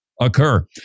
occur